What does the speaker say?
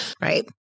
Right